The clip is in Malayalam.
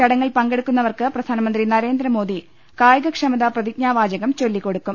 ചടങ്ങിൽ പങ്കെടുക്കുന്നവർക്ക് പ്രധാനമന്ത്രി നരേന്ദ്രമോദി കായികക്ഷമതാ പ്രതിജ്ഞാവാചകം ചൊല്ലിക്കൊടുക്കും